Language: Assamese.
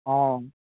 অঁ